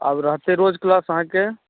आब रहतै रोज किलास अहाँके